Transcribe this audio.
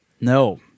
No